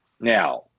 Now